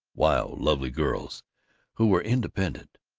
wild lovely girls who were independent.